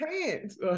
hands